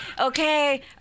okay